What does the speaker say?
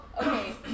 okay